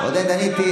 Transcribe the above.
עניתי,